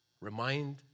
remind